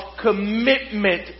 commitment